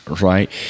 right